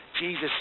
Jesus